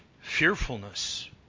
fearfulness